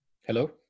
Hello